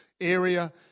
area